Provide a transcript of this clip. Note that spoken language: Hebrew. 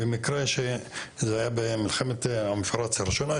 במקרה זה היה במלחמת המפרץ הראשונה,